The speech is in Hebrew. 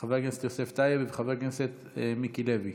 את חבר הכנסת יוסף טייב ואת חבר הכנסת מיקי לוי.